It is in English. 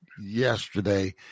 yesterday